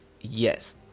yes